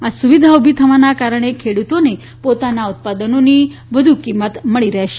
આ સુવિધા ઉભી થવાના કારણે ખેડૂતોને પોતાના ઉત્પાદનોની વધુ કિંમત મળી શકશે